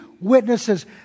witnesses